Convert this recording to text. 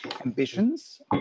ambitions